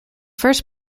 first